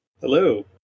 hello